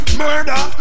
murder